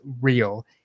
real